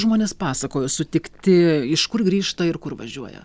žmonės pasakojo sutikti iš kur grįžta ir kur važiuoja